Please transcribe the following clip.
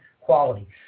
quality